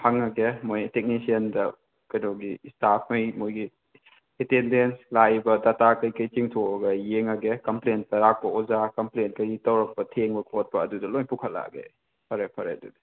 ꯍꯪꯉꯛꯀꯦ ꯃꯣꯏ ꯇꯦꯛꯅꯤꯁꯤꯌꯥꯟꯗ ꯀꯩꯅꯣꯒꯤ ꯁ꯭ꯇꯥꯐꯉꯩ ꯃꯣꯏꯒꯤ ꯑꯦꯠꯇꯦꯟꯗꯦꯟꯁ ꯂꯥꯛꯏꯕ ꯗꯇꯥ ꯀꯩꯀꯩ ꯆꯤꯡꯊꯣꯛꯑꯒ ꯌꯦꯡꯉꯒꯦ ꯀꯝꯄ꯭ꯂꯦꯟ ꯂꯥꯛꯄ ꯑꯣꯖꯥ ꯀꯝꯄ꯭ꯂꯦꯟ ꯀꯔꯤ ꯇꯧꯔꯛꯄ ꯊꯦꯡꯕ ꯈꯣꯠꯄ ꯑꯗꯨꯗꯣ ꯂꯣꯏ ꯄꯨꯈꯠꯂꯛꯑꯒꯦ ꯑꯩ ꯐꯔꯦ ꯐꯔꯦ ꯑꯗꯨꯗꯤ